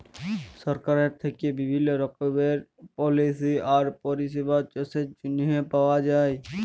সরকারের থ্যাইকে বিভিল্ল্য রকমের পলিসি আর পরিষেবা চাষের জ্যনহে পাউয়া যায়